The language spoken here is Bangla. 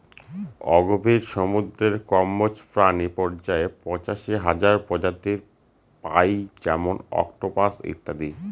অগভীর সমুদ্রের কম্বজ প্রাণী পর্যায়ে পঁচাশি হাজার প্রজাতি পাই যেমন অক্টোপাস ইত্যাদি